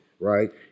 Right